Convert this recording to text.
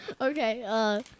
Okay